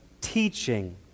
teaching